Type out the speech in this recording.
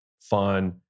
fun